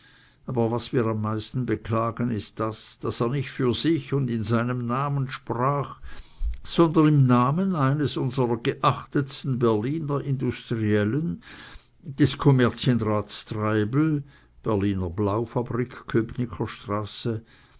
aber was wir am meisten beklagen ist das daß er nicht für sich und in seinem namen sprach sondern im namen eines unserer geachtetsten berliner industriellen des kommerzienrats treibel berliner blau fabrik